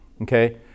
Okay